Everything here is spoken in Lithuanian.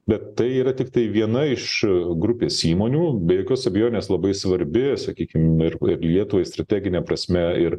bet tai yra tiktai viena iš grupės įmonių be jokios abejonės labai svarbi sakykim ir lietuvai strategine prasme ir